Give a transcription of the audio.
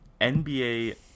NBA